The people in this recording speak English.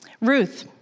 Ruth